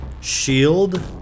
shield